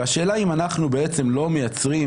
והשאלה היא אם אנחנו בעצם לא מייצרים,